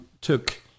took